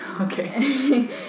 Okay